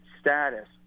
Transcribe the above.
status